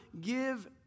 give